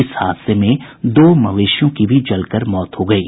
इस हादसे में दो मवेशियों की भी जलकर मौत हो गयी